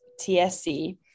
TSC